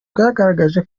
bwagaragaje